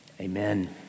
amen